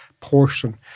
portion